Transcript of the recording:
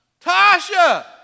Tasha